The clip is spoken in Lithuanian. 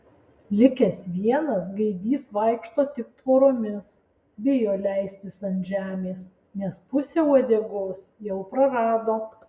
likęs vienas gaidys vaikšto tik tvoromis bijo leistis ant žemės nes pusę uodegos jau prarado